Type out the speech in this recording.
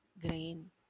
grain